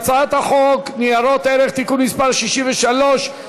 הצעת חוק ניירות ערך (תיקון מס' 63),